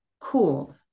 cool